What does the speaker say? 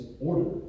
order